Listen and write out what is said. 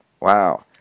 Wow